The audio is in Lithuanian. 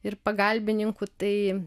ir pagalbininkų tai